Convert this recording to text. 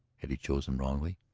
had he chosen wrongly?